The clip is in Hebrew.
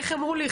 איך אמרו לי?